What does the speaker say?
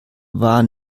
war